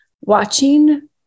watching